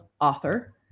author